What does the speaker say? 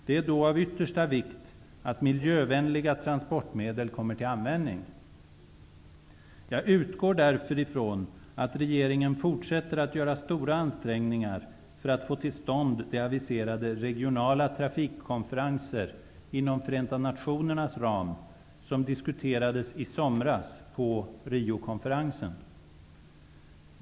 Det är då av yttersta vikt att miljövänliga transportmedel kommer till användning. Jag utgår därför från att regeringen fortsätter att göra stora ansträngningar för att få till stånd de aviserade regionala trafikkonferenser inom Förenta nationernas ram som diskuterades i somras på Riokonferensen.